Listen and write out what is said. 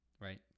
right